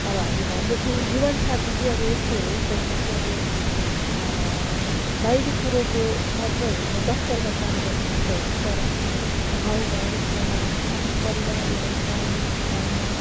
अब हामी भन्दछौँ जीवन साथी चाहिँ अब यस्तो होस् जसमा चाहिँ अब बाहिरी कुरोको मात्र होइन दफ्तरमा काम गर्ने मात्र होइन तर गाउँ घर समाज आफ्नो परिवारलाई पाल्न ख्वाउन